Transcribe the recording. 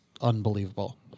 unbelievable